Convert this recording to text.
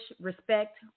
respect